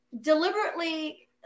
deliberately